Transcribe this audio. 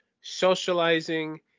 socializing